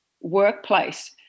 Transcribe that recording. workplace